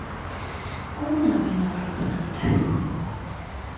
घूमना फिरना बड़ा पसंद ऐ